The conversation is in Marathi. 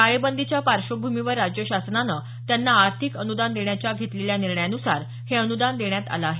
टाळेबंदीच्या पार्श्वभूमीवर राज्य शासनानं त्यांना आर्थिक अनुदान देण्याच्या घेतलेल्या निर्णयानुसार हे अनुदान देण्यात आलं आहे